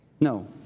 No